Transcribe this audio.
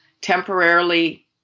temporarily